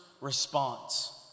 response